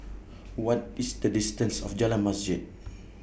What IS The distance of Jalan Masjid